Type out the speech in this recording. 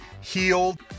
Healed